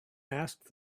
asked